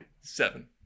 Seven